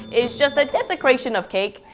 is just a desecration of cake.